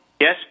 yes